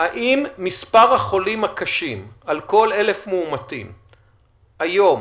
- מספר החולים הקשים על כל 1,000 מאומתים היום,